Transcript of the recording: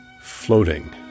floating